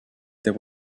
there